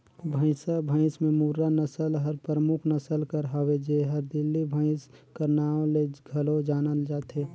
भंइसा भंइस में मुर्रा नसल हर परमुख नसल कर हवे जेहर दिल्ली भंइस कर नांव ले घलो जानल जाथे